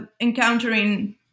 encountering